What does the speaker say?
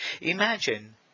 Imagine